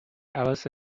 alice